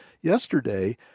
yesterday